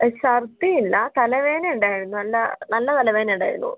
ഛർദിയില്ല തലവേന ഉണ്ടായിരുന്നു അല്ല നല്ല തലവേദന ഉണ്ടായിരുന്നു